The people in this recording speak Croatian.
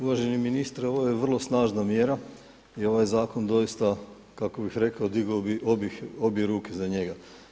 Uvaženi ministre, ovo je vrlo snažna mjera i ovaj zakon doista kako bih rekao digao bih obje ruke za njega.